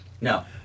no